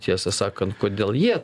tiesą sakant kodėl jie